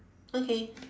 okay